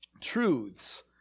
truths